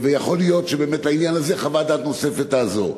ויכול להיות שבעניין הזה חוות דעת נוספת תעזור.